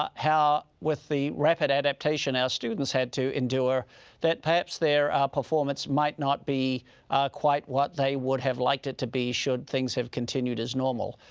um with the rapid adaptation our students had to endure that perhaps their performance might not be quite what they would have liked it to be should things have continued as normal.